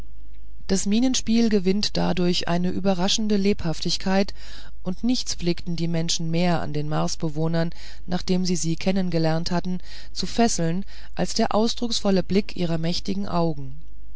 das mienenspiel gewinnt dadurch eine überraschende lebhaftigkeit und nichts pflegte die menschen mehr an den marsbewohnern nachdem sie sie kennengelernt hatten zu fesseln als der ausdrucksvolle blick ihrer mächtigen augen